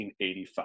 1985